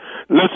Listen